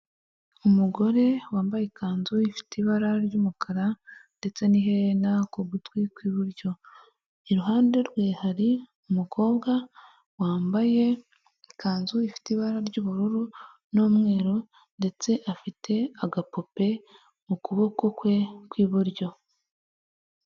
Umugore wambaye ikanzu ifite ibara ry'umukara, ndetse n'iherena ku gutwi kw'iburyo, iruhande rwe hari umukobwa, wambaye, ikanzu ifite ibara ry'ubururu, n'umweru ndetse afite agapupe, mu kuboko kwe kw'iburyo.